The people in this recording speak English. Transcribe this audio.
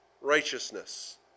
righteousness